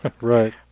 right